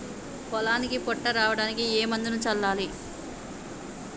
పొలానికి పొట్ట రావడానికి ఏ మందును చల్లాలి?